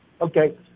Okay